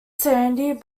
sandy